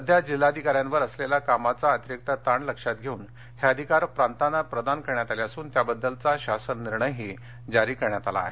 सध्या जिल्हाधिकाऱ्यांवर असलेला कामाचा अतिरिक ताण लक्षात घेऊन हे अधिकार प्रांतांना प्रदान करण्यात आले असून त्याबद्दलचा शासन निर्णयही जारी करण्यात आला आहे